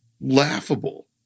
laughable